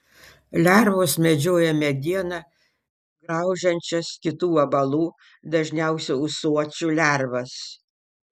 lervos medžioja medieną graužiančias kitų vabalų dažniausiai ūsuočių lervas